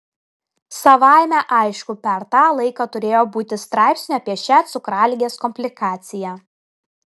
savaime aišku per tą laiką turėjo būti straipsnių apie šią cukraligės komplikaciją